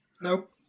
Nope